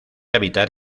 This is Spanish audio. habitar